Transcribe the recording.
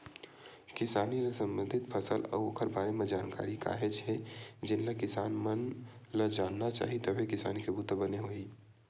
किसानी ले संबंधित फसल अउ ओखर बारे म जानकारी काहेच के हे जेनला किसान मन ल जानना चाही तभे किसानी के बूता बने होही